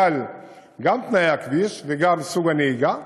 גם בגלל תנאי הכביש וגם בגלל סוג הנהיגה,